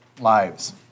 lives